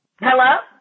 Hello